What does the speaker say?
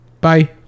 Bye